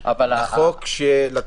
לכת.